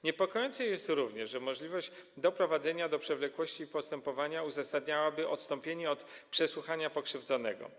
Niepokojące jest również to, że możliwość doprowadzenia do przewlekłości postępowania uzasadniałaby odstąpienie od przesłuchania pokrzywdzonego.